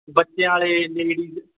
ਬੱਚਿਆਂ ਵਾਲੇ ਲੇਡੀਜ